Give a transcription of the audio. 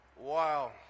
Wow